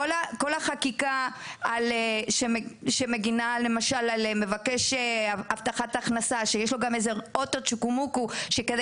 כל החקיקה שמגנה על מבקש אבטחת הכנסה שיש לו אוטו מצ'קמק כדי